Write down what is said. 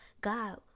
God